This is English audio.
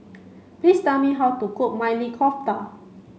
please tell me how to cook Maili Kofta